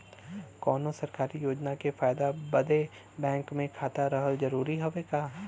कौनो सरकारी योजना के फायदा बदे बैंक मे खाता रहल जरूरी हवे का?